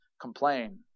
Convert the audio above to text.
complain